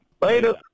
Later